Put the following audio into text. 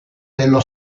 dello